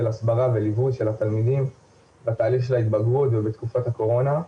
הסברה וליווי של התלמידים בתהליך של ההתבגרות ובתקופת הקורונה,